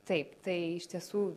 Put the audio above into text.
taip tai iš tiesų